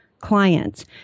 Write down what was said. clients